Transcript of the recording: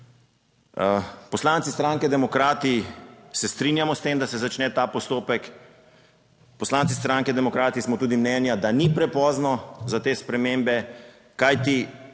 Poslanci stranke demokrati se strinjamo s tem, da se začne ta postopek, poslanci stranke demokrati smo tudi mnenja, da ni prepozno za te spremembe, kajti